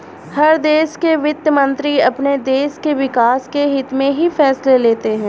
हर देश के वित्त मंत्री अपने देश के विकास के हित्त में ही फैसले लेते हैं